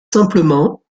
simplement